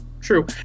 true